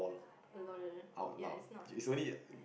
lol ya it's not